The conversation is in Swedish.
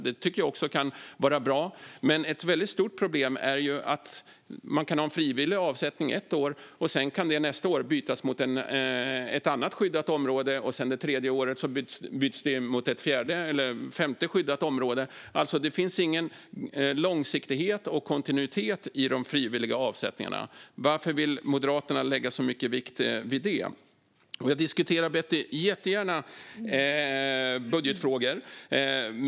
Det kan vara bra, men ett stort problem är att en frivillig avsättning kan bytas mot ett annat skyddat område nästa år och mot ytterligare ett annat året därpå och så vidare. Det blir alltså ingen långsiktighet och kontinuitet i de frivilliga avsättningarna. Varför vill Moderaterna lägga så mycket vikt vid dem? Jag diskuterar jättegärna budgetfrågor.